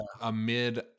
amid